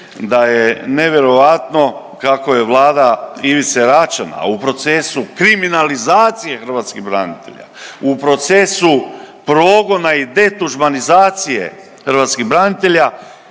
da je nevjerojatno kako je Vlada Ivice Račana u procesu kriminalizacije hrvatskih branitelja, u procesu progona i detuđmanizacije hrvatskih branitelja,